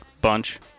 Bunch